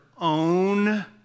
own